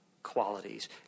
Qualities